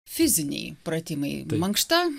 fiziniai pratimai mankšta